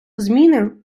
зміни